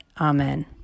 Amen